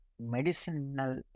medicinal